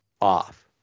off